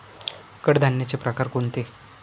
कडधान्याचे प्रकार कोणते?